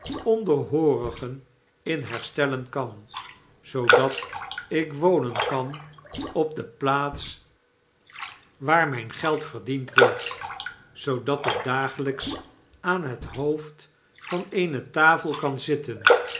onderhoorigen in herstellen kan zoodat ik wonen kan op de plaats waar myn geld verdiend wordt zoodat ik dagelyks aanhethoofd van eene tafel kan zitten